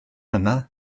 yna